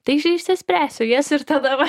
tai iš išspręsiu jas ir tada va